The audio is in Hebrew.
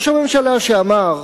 ראש הממשלה, שאמר